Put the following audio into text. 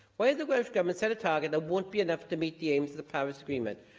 why has the welsh government set a target that won't be enough to meet the aims of the paris agreement?